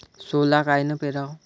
सोला कायनं पेराव?